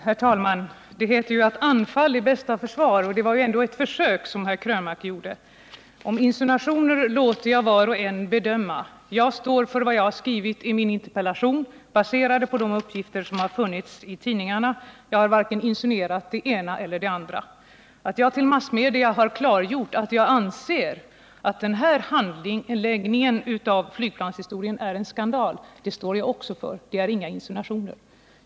Herr talman! Det heter att anfall är bästa försvar, och det var ändå ett försök som herr Krönmark gjorde. Om det är insinuationer låter jag var och en bedöma. Jag står för vad jag har skrivit i min interpellation, vilket är baserat på de uppgifter som har funnits i tidningarna. Jag har varken insinuerat det ena eller det andra. Att jag till massmedia har klargjort att jag anser att den här handläggningen av flygplanshistorien är en skandal står jag också för — det är inga insinuationer.